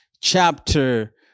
Chapter